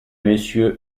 monsieur